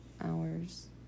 hours